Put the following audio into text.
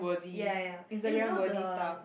ya ya ya eh you know the